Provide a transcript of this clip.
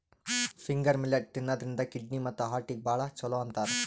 finger millet ತಿನ್ನದ್ರಿನ್ದ kidney ಮತ್ತ್ ಹಾರ್ಟಿಗ್ ಭಾಳ್ ಛಲೋ ಅಂತಾರ್